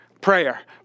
prayer